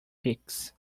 picks